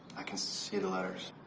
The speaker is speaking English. i can see the letters.